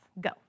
Go